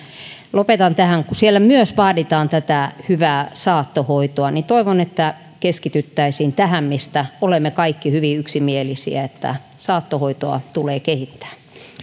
lopetan tähän kun siellä myös vaaditaan tätä hyvää saattohoitoa niin toivon että keskityttäisiin tähän mistä olemme kaikki hyvin yksimielisiä että saattohoitoa tulee kehittää